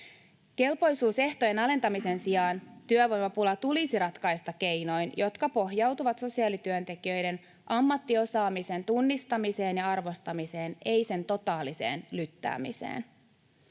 Kelpoisuusehtojen alentamisen sijaan työvoimapula tulisi ratkaista keinoin, jotka pohjautuvat sosiaalityöntekijöiden ammattiosaamisen tunnistamiseen ja arvostamiseen, eivät sen totaaliseen lyttäämiseen.